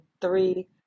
three